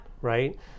right